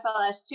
FLS